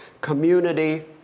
community